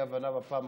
חבר הכנסת איתן כבל,